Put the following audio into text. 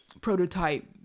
prototype